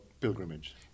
pilgrimage